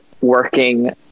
working